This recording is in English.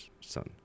son